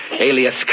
alias